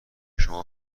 شما